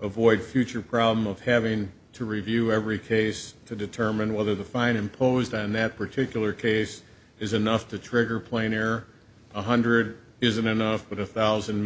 avoid future problem of having to review every case to determine whether the fine imposed on that particular case is enough to trigger player one hundred isn't enough but a thousand